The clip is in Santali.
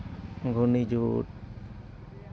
ᱜᱷᱩᱱᱤ ᱡᱩᱛ